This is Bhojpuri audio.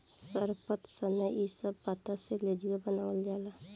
सरपत, सनई इ सब पत्ता से लेजुर बनावाल जाला